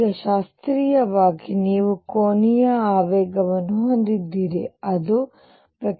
ಈಗ ಶಾಸ್ತ್ರೀಯವಾಗಿ ನೀವು BATCH C2 ಕೋನೀಯ ಆವೇಗವನ್ನು ಹೊಂದಿದ್ದೀರಿ ಅದು rp